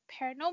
paranormal